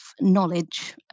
knowledge